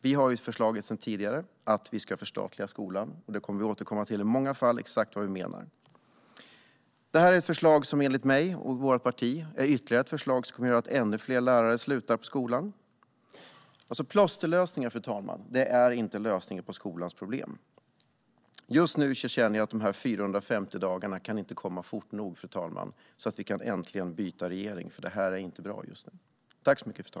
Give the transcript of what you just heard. Vi har ett förslag om att förstatliga skolan, och exakt vad vi menar kommer vi att återkomma till många gånger. Regeringens förslag kommer enligt mig och mitt parti att göra att ännu fler lärare slutar på skolan. Fru talman! Plåsterlösningar är inte lösningen på skolans problem. Jag känner att de 450 dagarna tills vi äntligen kan byta regering inte kan gå fort nog, för detta är inte bra.